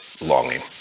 longing